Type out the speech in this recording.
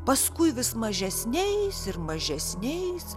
paskui vis mažesniais ir mažesniais